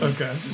Okay